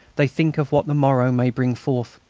they think of what the morrow may bring forth.